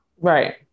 Right